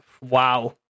wow